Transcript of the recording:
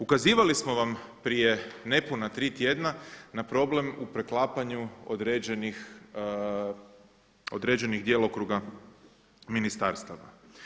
Ukazivali smo vam prije nepuna tri tjedna na problem u preklapanju određenih djelokruga ministarstava.